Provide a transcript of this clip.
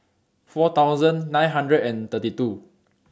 four thousand nine hundred and thirty two